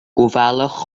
gofalwch